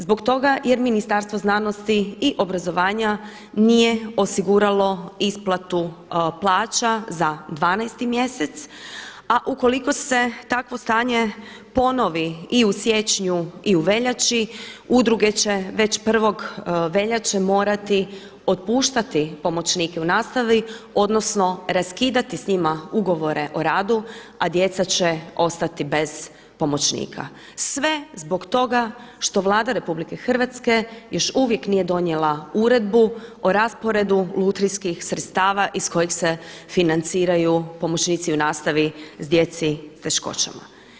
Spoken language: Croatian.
Zbog toga jer Ministarstvo znanosti i obrazovanja nije osiguralo isplatu plaća za 12 mjesec, a ukoliko se takvo stanje ponovi i u siječnju i u veljači udruge će već prvog veljače morati otpuštati pomoćnike u nastavi, odnosno raskidati s njima ugovore o radu, a djeca će ostati bez pomoćnika, sve zbog toga što Vlada RH još uvijek nije donijela uredbu o rasporedu lutrijskih sredstava iz kojeg se financiraju pomoćnici u nastavi djeci s teškoćama.